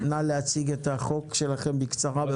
נא להציג את החוק שלכם בקצרה,